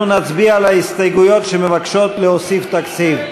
נצביע על ההסתייגויות שמבקשות להוסיף תקציב.